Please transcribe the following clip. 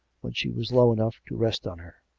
when she was low enough to rest on her.